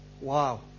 Wow